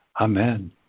Amen